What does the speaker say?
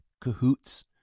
cahoots